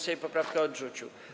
Sejm poprawkę odrzucił.